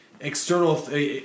external